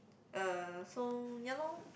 uh so ya lor